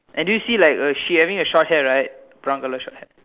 and do you see like a she having a short hair right brown color short hair